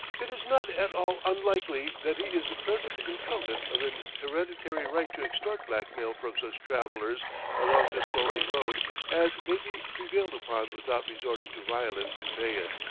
it is not at all unlikely that he is the present incumbent of an hereditary right to extort blackmail from such travellers along this lonely road as may be prevailed upon without resorting to violence to pay it,